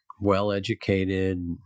well-educated